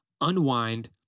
unwind